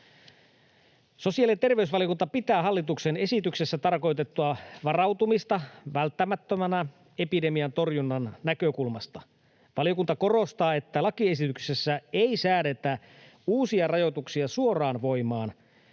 Sosiaali‑ ja terveysvaliokunta pitää hallituksen esityksessä tarkoitettua varautumista välttämättömänä epidemian torjunnan näkökulmasta. Valiokunta korostaa, että lakiesityksessä ei säädetä uusia rajoituksia suoraan voimaan,